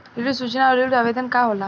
ऋण सूचना और ऋण आवेदन का होला?